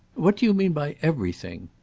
what do you mean by everything?